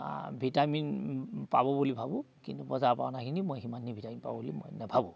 vitamin পাব বুলি ভাবোঁ কিন্তু বজাৰ পৰা অনাখিনি মই সিমানখিনি ভিটামিন পাব বুলি মই নেভাবোঁ